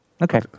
Okay